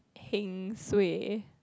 heng suay